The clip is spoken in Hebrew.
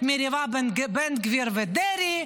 מריבה בין בן גביר לדרעי.